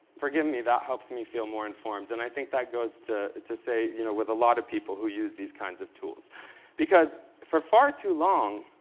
forgive me, that helps me feel more informed. and i think that goes to to say you know with a lot of people who use these kinds of tools because for far too long,